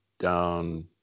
down